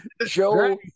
Joe